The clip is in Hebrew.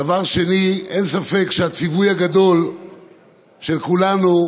דבר שני, אין ספק שהציווי הגדול של כולנו הוא